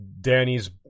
Danny's